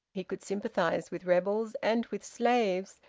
he could sympathise with rebels and with slaves,